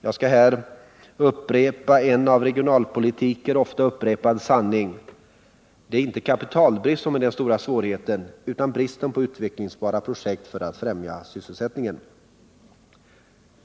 Jag skall här upprepa en av regionalpolitiker ofta uttalad sanning: Det är inte kapitalbristen som är den stora svårigheten utan bristen på utvecklingsbara projekt för att främja sysselsättningen.